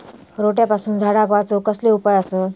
रोट्यापासून झाडाक वाचौक कसले उपाय आसत?